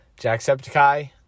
Jacksepticeye